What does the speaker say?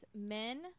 men